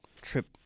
trip